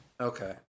Okay